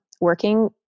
working